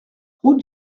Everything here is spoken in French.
route